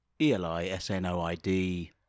E-L-I-S-N-O-I-D